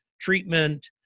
treatment